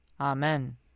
Amen